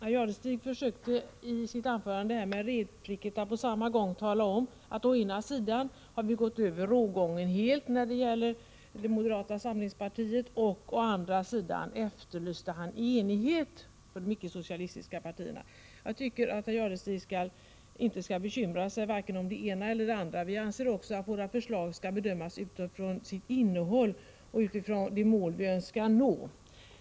Herr talman! Herr Jadestig gav sig in på reptricket att å ena sidan tala om att vi helt har överskridit rågången i vårt förhållande till moderata samlingspartiet och att å den andra efterlysa enighet mellan de icke-socialistiska partierna. Jag tycker inte att herr Jadestig skall bekymra sig över vare sig det ena eller det andra. Vi anser att våra förslag skall bedömas utifrån deras innehåll och utifrån de mål vi önskar uppnå.